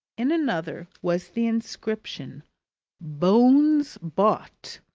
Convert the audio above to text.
in another was the inscription bones bought.